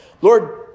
Lord